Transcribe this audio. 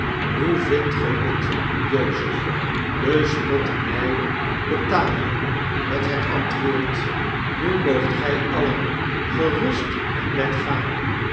hoe vind ge het jozef de spotterny betaalde met hetantwoord w nu moogt gy alien gerust naar bed gaan